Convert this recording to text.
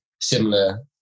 similar